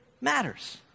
matters